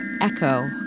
echo